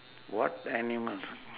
what animal